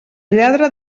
lladre